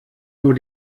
nur